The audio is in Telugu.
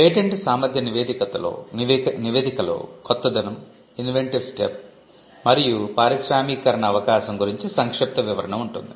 పేటెంట్ సామర్థ్య నివేదికలో 'కొత్తదనం' ఇన్వెంటివ్ స్టెప్ మరియు పారిశ్రామికీకరణ అవకాశo గురించి సంక్షిప్త వివరణ ఉంటుంది